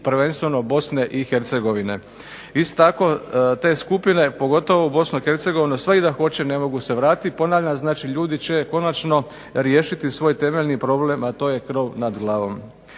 prvenstveno Bosne i Hercegovine. Isto tako te skupine, pogotovo u Bosnu i Hercegovinu sve i da hoće ne mogu se vratiti, ponavljam znači ljudi će konačno riješiti svoj temeljni problem, a to je krov nad glavom.